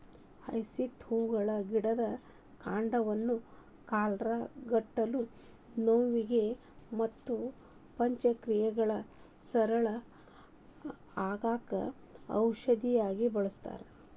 hyacinth ಹೂಗಳ ಗಿಡದ ಕಾಂಡವನ್ನ ಕಾಲರಾ, ಗಂಟಲು ನೋವಿಗೆ ಮತ್ತ ಪಚನಕ್ರಿಯೆ ಸರಳ ಆಗಾಕ ಔಷಧಿಯಾಗಿ ಬಳಸ್ತಾರ